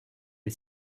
est